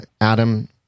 Adam